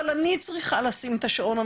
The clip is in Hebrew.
אבל אני צריכה לשים את השעון המעורר,